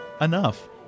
enough